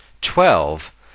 Twelve